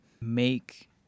make